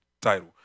title